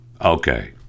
Okay